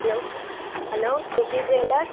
hello hello Khushi trailer